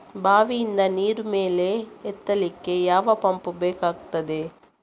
ಬಾವಿಯಿಂದ ನೀರು ಮೇಲೆ ಎತ್ತಲಿಕ್ಕೆ ಯಾವ ಪಂಪ್ ಬೇಕಗ್ತಾದೆ?